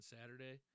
Saturday